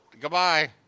Goodbye